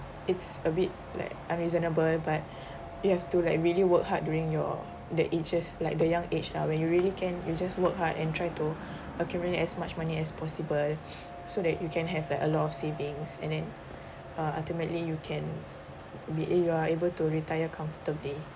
it's a bit like unreasonable but you have to like really work hard during your the ages like the young age lah when you really can you just work hard and try to accumulate as much money as possible so that you can have like a lot of savings and then uh ultimately you can be a~ you are able to retire comfortably